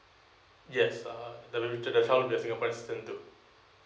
yes uh the so that's how the singaporean's turn to